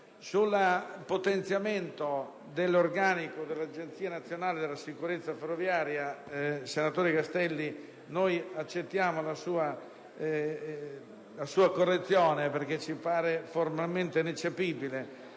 Sul potenziamento dell'organico dell'Agenzia nazionale per la sicurezza ferroviaria, vice ministro Castelli, noi accettiamo la sua correzione, perché ci pare formalmente ineccepibile.